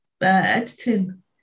editing